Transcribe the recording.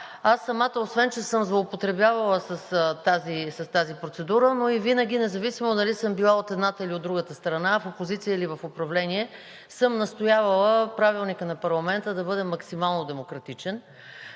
аз самата, освен че съм злоупотребявала с тази процедура, но и винаги, независимо дали съм била от едната или от другата страна – в опозиция или в управление, съм настоявала Правилникът на парламента да бъде максимално демократичен,